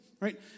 right